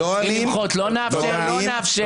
לא נאפשר.